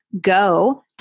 go